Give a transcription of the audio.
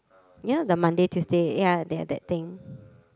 you know the Monday Tuesday ya they are that thing